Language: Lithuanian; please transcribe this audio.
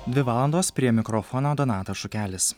dvi valandos prie mikrofono donatas šukelis